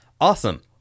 awesome